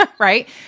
right